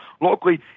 locally